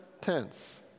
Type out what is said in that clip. tense